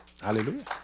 Hallelujah